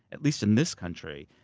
at least in this country,